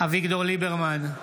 אביגדור ליברמן,